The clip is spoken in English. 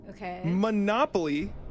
Monopoly